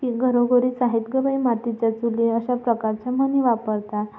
की घरोघरीच आहेत गं बाई मातीच्या चुली अशा प्रकारच्या म्हणी वापरता